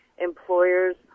Employers